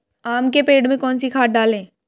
आम के पेड़ में कौन सी खाद डालें?